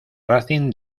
racing